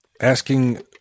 Asking